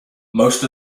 most